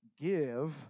give